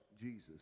jesus